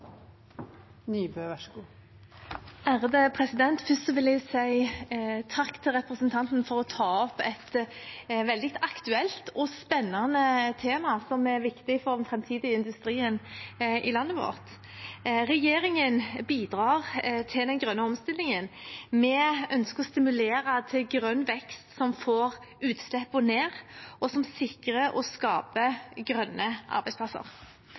spennende tema som er viktig for den framtidige industrien i landet vårt. Regjeringen bidrar til den grønne omstillingen. Vi ønsker å stimulere til grønn vekst som får utslippene ned, og som sikrer og skaper grønne arbeidsplasser.